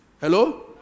Hello